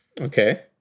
Okay